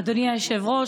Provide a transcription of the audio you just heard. אדוני היושב-ראש,